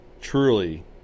truly